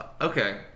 okay